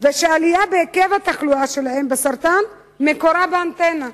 ושהעלייה בהיקף התחלואה שלהם בסרטן מקורה באנטנות.